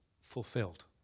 fulfilled